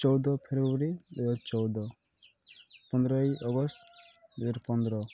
ଚଉଦ ଫେବୃଆରୀ ଦୁଇ ହଜାର ଚଉଦ ପନ୍ଦର ଅଗଷ୍ଟ ଦୁଇ ହଜାର ପନ୍ଦର